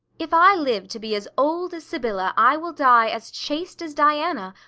if i live to be as old as sibylla, i will die as chaste as diana,